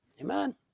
Amen